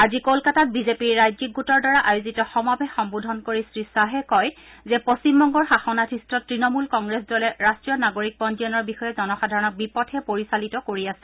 আজি কলকাতাত বিজেপিৰ ৰাজ্যিক গোটৰ দ্বাৰা আয়োজিত সমাৱেশ সম্বোধন কৰি শ্ৰীশ্বাহে কয় যে পশ্চিমবংগৰ শাসনাধিষ্ঠ ত্তণমূল কংগ্ৰেছ দলে ৰাট্টীয় নাগৰিক পঞ্জীয়নৰ বিষয়ে জনসাধাৰণক বিপথে পৰিচালিত কৰি আছে